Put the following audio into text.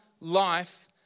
life